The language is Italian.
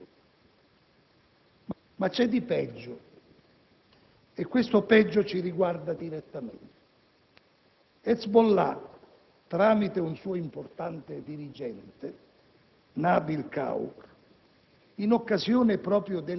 La 1559, per esempio, che impone il disarmo degli Hezbollah, e la 1701, che impone all'UNIFIL di collaborare con l'esercito libanese